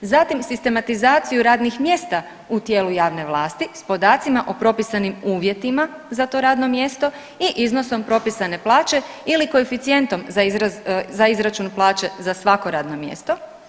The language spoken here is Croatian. Zatim sistematizaciju radnih mjesta u tijelu javne vlasti s podacima o propisanim uvjetima za to radno mjesto i iznosom propisane plaće ili koeficijentom za izračun plaće za svako radno mjesto.